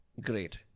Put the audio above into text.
Great